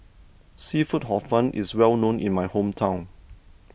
Seafood Hor Fun is well known in my hometown